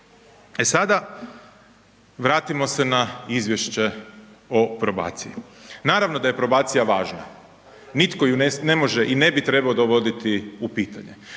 E sada vratimo se na izvješće o probaciji. Naravno da je probacija važna, nitko ju ne može i ne bi trebao dovoditi u pitanje